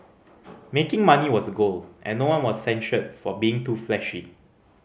making money was goal and no one was censured for being too flashy